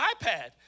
iPad